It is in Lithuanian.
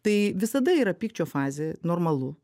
tai visada yra pykčio fazė normalu